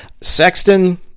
Sexton